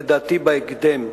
לדעתי בהקדם,